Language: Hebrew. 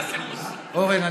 אורן,